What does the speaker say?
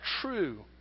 true